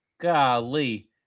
Golly